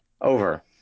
Over